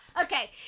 Okay